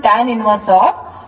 5 ಆಗಿರುತ್ತದೆ